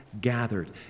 gathered